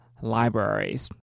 libraries